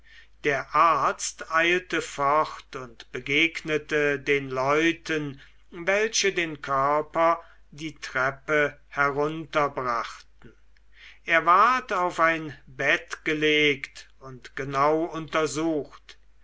der arzt eilte fort und begegnete den leuten welche den körper die treppe herunterbrachten er ward auf ein bett gelegt und genau untersucht